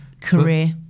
career